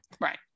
Right